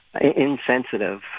insensitive